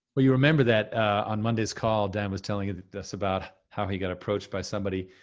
but you remember that on monday's call, dan was telling us about how he got approached by somebody,